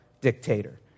dictator